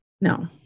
No